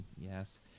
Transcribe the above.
Yes